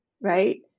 right